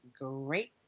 great